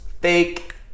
Fake